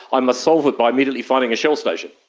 i must solve it by immediately finding a shell station.